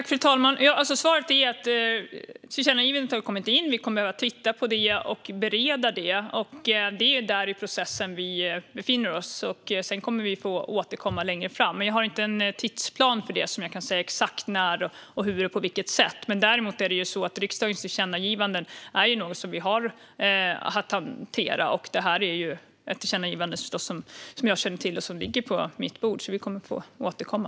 Fru talman! Svaret är att tillkännagivandet har kommit in och att vi kommer att behöva titta på det och bereda det. Det är där vi befinner oss i processen. Vi kommer att få återkomma längre fram, men jag har inte en tidsplan för det och kan inte säga exakt när och hur. Däremot är det ju så att riksdagens tillkännagivanden är något som vi har att hantera. Detta är förstås ett tillkännagivande som jag känner till och som ligger på mitt bord. Vi kommer att få återkomma.